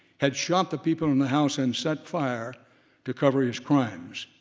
had shot the people in the house and set fire to cover his crimes.